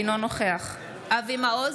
אינו נוכח אבי מעוז,